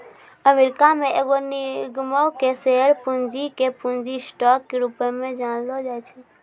America मे एगो निगमो के शेयर पूंजी के पूंजी स्टॉक के रूपो मे जानलो जाय छै